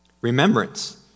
Remembrance